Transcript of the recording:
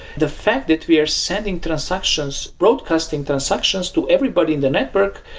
the fact that we are sending transactions, broadcasting transactions to everybody in the network,